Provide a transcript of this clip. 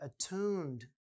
attuned